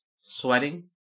Sweating